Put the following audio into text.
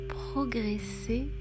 progresser